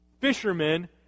fishermen